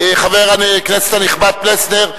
חבר הכנסת הנכבד פלסנר,